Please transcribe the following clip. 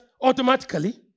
automatically